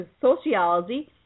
sociology